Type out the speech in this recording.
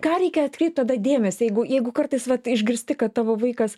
ką reikia atkreipt tada dėmesį jeigu jeigu kartais vat išgirsti kad tavo vaikas